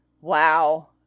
Wow